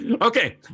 Okay